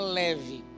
leve